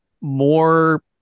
more